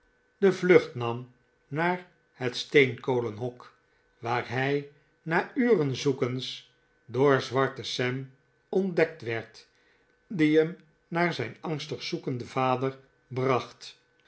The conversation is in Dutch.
de vlucht nam naar het steenkolenhok waar hij na uren zoekens door zwarten sam ontdekt werd die hem naar zijn angstig zoekenden vader bracht